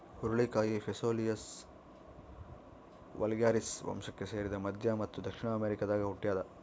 ಹುರುಳಿಕಾಯಿ Phaseolus vulgaris ವಂಶಕ್ಕೆ ಸೇರಿದ ಮಧ್ಯ ಮತ್ತು ದಕ್ಷಿಣ ಅಮೆರಿಕಾದಾಗ ಹುಟ್ಯಾದ